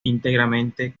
íntegramente